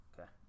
Okay